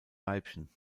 weibchen